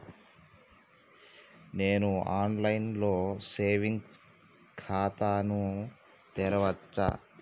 నేను online లో saving ఖాతా ను తెరవచ్చా?